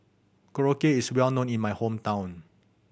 korokke is well known in my hometown